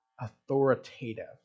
authoritative